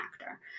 actor